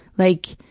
like,